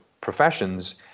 professions